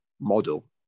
model